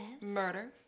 Murder